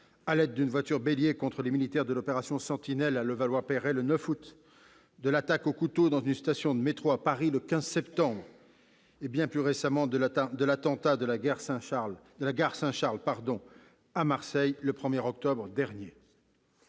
à la voiture bélier contre les militaires de l'opération Sentinelle à Levallois-Perret, le 9 août, de l'attaque au couteau dans une station de métro à Paris, le 15 septembre, et de l'attentat de la gare Saint-Charles à Marseille, le 1 octobre.